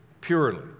purely